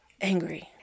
angry